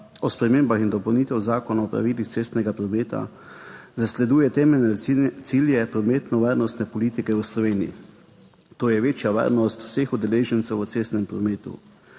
o spremembah in dopolnitvah Zakona o pravilih cestnega prometa zasleduje temeljne cilje prometno varnostne politike v Sloveniji. To je večja varnost vseh udeležencev v cestnem prometu